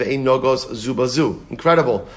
Incredible